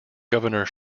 governor